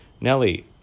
Nelly